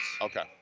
Okay